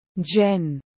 Jen